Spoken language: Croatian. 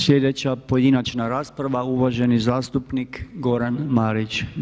Sljedeća pojedinačna rasprava, uvaženi zastupnik Goran Marić.